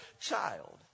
child